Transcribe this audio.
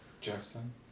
Justin